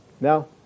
Now